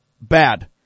bad